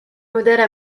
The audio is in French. modèles